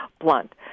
blunt